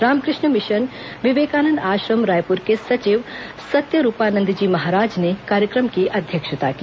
Ramakrishna Mission Vivekananda Ashram Raipur के सचिव सत्यरूपानंद जी महाराज ने कार्यक्रम की अध्यक्षता की